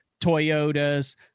Toyotas